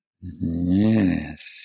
Yes